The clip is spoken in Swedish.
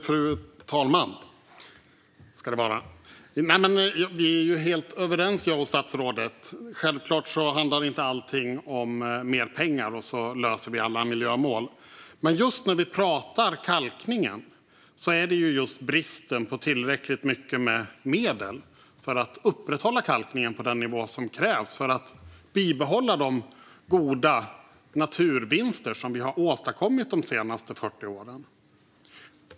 Fru talman! Jag och statsrådet är helt överens. Självklart handlar inte allting om mer pengar för att vi ska lösa alla miljömål. Men just när vi pratar om kalkningen handlar det just om bristen på tillräckligt mycket medel för att upprätthålla kalkningen på den nivå som krävs för att bibehålla de goda naturvinster som vi har åstadkommit de senaste 40 åren.